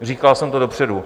Říkal jsem to dopředu.